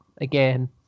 again